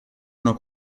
una